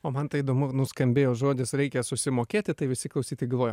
o mantai įdomu nuskambėjo žodis reikia susimokėti tai visi klausytojai galvoja